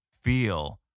feel